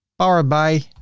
powered by,